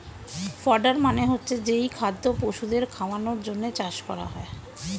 fodder মানে হচ্ছে যেই খাদ্য পশুদের খাওয়ানোর জন্যে চাষ করা হয়